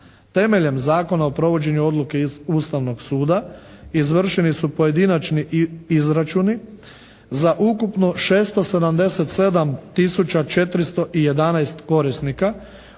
Temeljem Zakona o provođenju odluke Ustavnog suda izvršeni su pojedinačni izračuni za ukupno 677 tisuća 411 korisnika